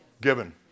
given